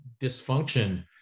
dysfunction